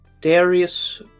Darius